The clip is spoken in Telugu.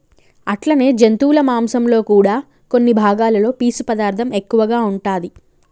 అట్లనే జంతువుల మాంసంలో కూడా కొన్ని భాగాలలో పీసు పదార్థం ఎక్కువగా ఉంటాది